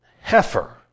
heifer